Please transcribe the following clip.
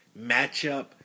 matchup